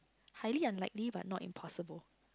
highly unlikely but not impossible